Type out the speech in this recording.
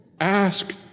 Ask